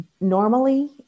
Normally